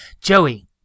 joey